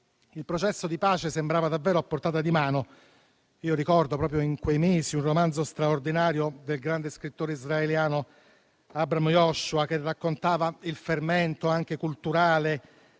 il processo di pace sembrava davvero a portata di mano. Ricordo, proprio in quei mesi, un romanzo straordinario del grande scrittore israeliano Abraham Yehoshua, che raccontava il fermento, anche culturale,